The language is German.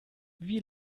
wie